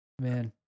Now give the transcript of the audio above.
Man